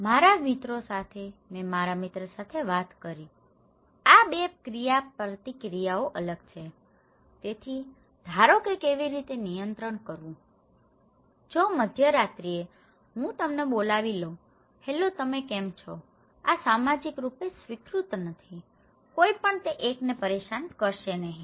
મારા વિદ્યાર્થીઓ સાથે મેં મારા મિત્રો સાથે વાત કરી આ 2 ક્રિયાપ્રતિક્રિયાઓ અલગ છે તેથી ધારો કે કેવી રીતે નિયંત્રિત કરવું જો મધ્યરાત્રિએ હું તમને બોલાવી લઉ છું હેલો તમે કેમ છો આ સામાજિક રૂપે સ્વીકૃત નથી કોઈ પણ તે એકને પરેશાન કરશે નહીં